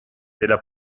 della